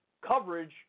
coverage